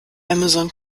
amazon